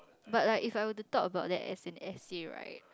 but like if I were to talk about that as an essay right